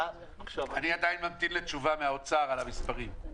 אני עדיין ממתין לתשובה ממשרד האוצר על המספרים,